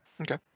Okay